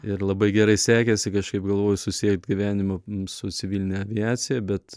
ir labai gerai sekėsi kažkaip galvoju susiekt gyvenimą su civiline aviacija bet